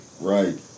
Right